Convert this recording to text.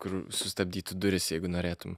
kur sustabdyti duris jeigu norėtum